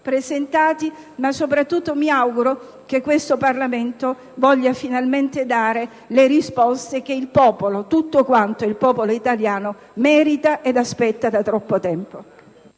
presentati, ma soprattutto mi auguro che questo Parlamento voglia finalmente dare le risposte che tutto il popolo merita e aspetta da troppo tempo.